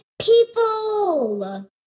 people